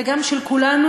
וגם של כולנו,